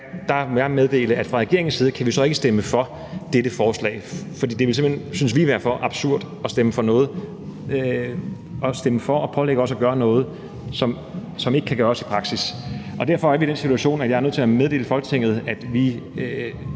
der må jeg meddele, at vi fra regeringens side så ikke kan stemme for dette forslag, fordi det, synes vi, simpelt hen ville være for absurd at stemme for at pålægge os at gøre noget, som ikke kan gøres i praksis. Og derfor er vi i den situation, at jeg er nødt til at meddele Folketinget, at vi